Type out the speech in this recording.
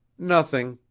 nothing,